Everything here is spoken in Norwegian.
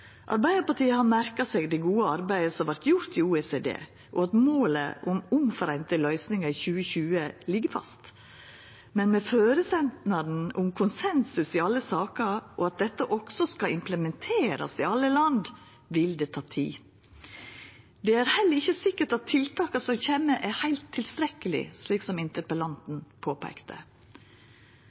Arbeidarpartiet har merka seg det gode arbeidet som vert gjort i OECD, og at målet om omforeinte løysingar i 2020 ligg fast, men med føresetnaden om konsensus i alle saker og at dette også skal implementerast i alle land, vil det ta tid. Det er heller ikkje sikkert at tiltaka som kjem, er heilt tilstrekkelege, slik interpellanten